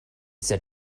said